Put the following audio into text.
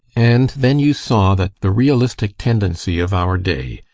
and then you saw that the realistic tendency of our day,